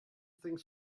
things